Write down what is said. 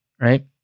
right